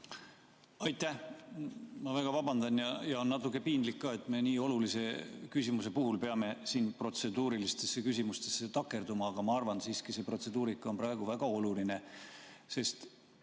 Aitäh! Ma väga vabandan ja on natuke piinlik ka, et me nii olulise küsimuse puhul peame siin protseduurilistesse küsimustesse takerduma. Aga ma arvan, et protseduurika on praegu siiski väga oluline, sest